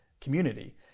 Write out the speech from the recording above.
community